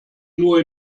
nur